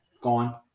gone